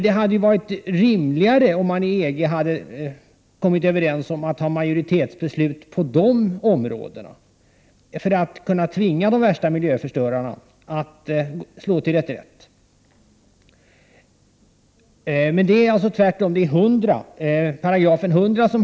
Det hade dock varit rimligare om man i just dessa sammanhang i EG hade kommit överens om att ge möjlighet till majoritetsbeslut för att 19 tvinga de värsta miljöförstörarna att slå till reträtt. Men majoritetsklausulen finns alltså endast i § 100.